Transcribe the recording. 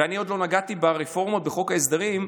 ואני עוד לא נגעתי ברפורמות בחוק ההסדרים,